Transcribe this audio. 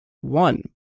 one